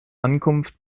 ankunft